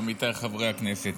עמיתיי חברי הכנסת,